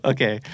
Okay